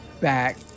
back